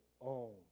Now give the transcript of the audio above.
own